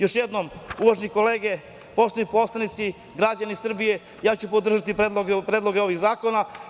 Još jednom, uvažene kolege, poštovani poslanici, građani Srbije, ja ću podržati predloge ovih zakona.